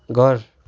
घर